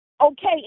okay